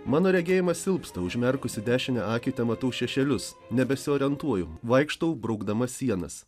mano regėjimas silpsta užmerkusi dešinę akį matau šešėlius nebesiorientuoju vaikštau braukdama sienas